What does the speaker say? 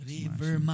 River